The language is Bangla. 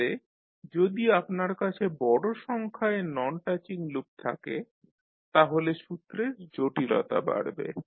তাহলে যদি আপনার কাছে বড়ো সংখ্যায় নন টাচিং লুপ থাকে তাহলে সূত্রের জটিলতা বাড়বে